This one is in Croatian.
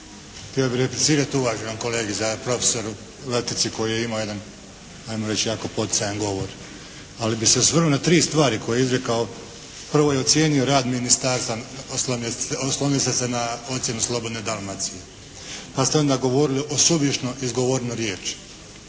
Htio bi replicirati uvaženom kolegi profesoru Letici, koji je imao jedan ajmo reći, jako poticajan govor. Ali bi se osvrnuo na tri stvari koje je izrekao. Prvo je ocijenio rad ministarstva. Oslonili ste se na ocjenu "Slobodne Dalmacije". Pa ste onda govorili o suvišno izgovorenoj riječi,